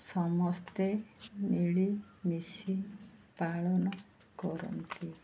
ସମସ୍ତେ ମିଳିମିଶି ପାଳନ କରନ୍ତି